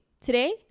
Today